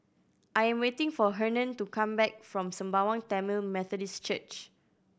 I am waiting for Hernan to come back from Sembawang Tamil Methodist Church